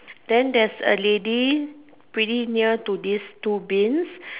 then theres a lady pretty near to this two bins